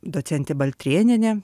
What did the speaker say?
docentė baltrėnienė